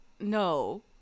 no